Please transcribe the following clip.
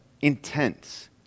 intense